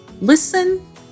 listen